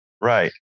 Right